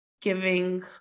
giving